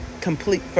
complete